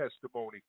testimony